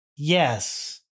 Yes